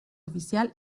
oficial